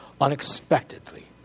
unexpectedly